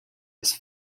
his